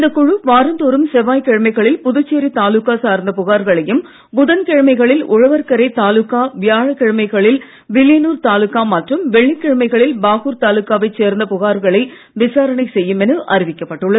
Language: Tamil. இந்த குழு வாரந்தோறும் செவ்வாய்க்கிழமைகளில் புதுச்சேரி தாலுகா சார்ந்த புகார்களையும் புதன்கிழமைகளில் உழவர்கரை தாலுகா வியாழக்கிழமைகளில் வில்லியனூர் தாலுகா மற்றும் வெள்ளிக்கிமைகளில் பாகூர் தாலுகாவைச் சேர்ந்த புகார்களை விசாரணை செய்யும் என அறிவிக்கப்பட்டுள்ளது